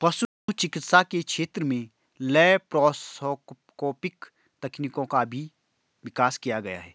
पशु चिकित्सा के क्षेत्र में लैप्रोस्कोपिक तकनीकों का भी विकास किया गया है